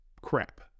crap